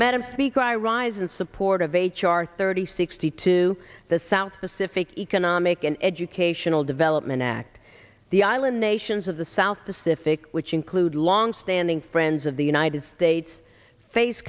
madam speaker i rise in support of h r thirty sixty two the south pacific economic and educational development act the island nations of the south pacific which include longstanding friends of the united states face